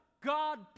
God